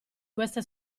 queste